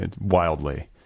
wildly